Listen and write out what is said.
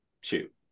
shoot